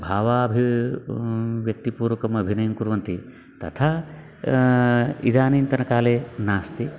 भावाभिः व्यक्तिपूर्वकम् अभिनयं कुर्वन्ति तथा इदानीन्तनकाले नास्ति